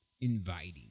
inviting